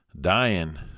dying